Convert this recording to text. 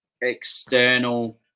external